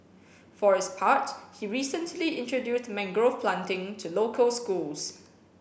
for his part he recently introduced mangrove planting to local schools